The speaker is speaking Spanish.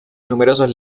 numerosos